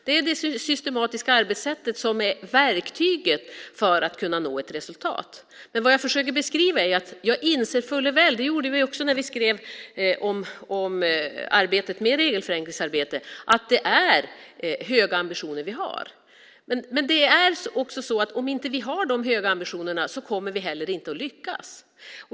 Det är det systematiska arbetssättet som är verktyget för att nå resultat. Vad jag försöker beskriva är att jag inser fuller väl - det gjorde vi också när vi skrev om arbetet med att förenkla reglerna - att vi har höga ambitioner. Om vi inte har de höga ambitionerna kommer vi inte heller att lyckas.